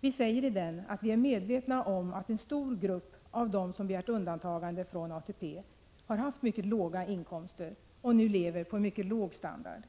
Vi säger i denna att vi är medvetna om att en stor grupp av dem som begärt undantagande från ATP har haft mycket låga inkomster och nu lever på en mycket låg standard.